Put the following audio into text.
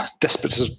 desperate